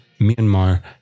Myanmar